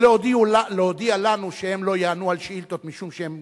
ולהודיע לנו שהם לא יענו על שאילתות משום שהם